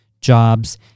jobs